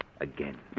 again